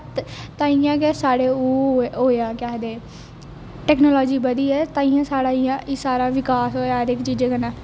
ताइयैं गै साढ़े ओह् होआ केह् आक्खदे टेक्नोलाॅजी बधी ऐ ताइयै साढ़ा एह् सारा बिकास होआ हर इक चीजे कन्नै